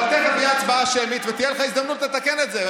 אבל תכף תהיה הצבעה שמית ותהיה לך הזדמנות לתקן את זה,